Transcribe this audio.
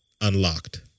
unlocked